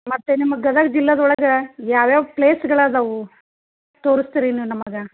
ಮತ್ತು ನಿಮ್ಮ ಗದಗ್ ಜಿಲ್ಲಾದೊಳಗೆ ಯಾವ್ಯಾವ ಪ್ಲೇಸ್ಗಳಾದವೆ ತೋರಿಸ್ತೀರಿ ನೀವು ನಮಗೆ